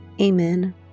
Amen